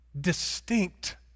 distinct